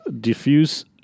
diffuse